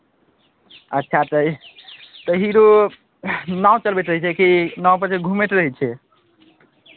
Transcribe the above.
अच्छा तऽ तऽ हीरो नाव चलबैत रहै छै कि नावपर सिर्फ घूमैत रहै छै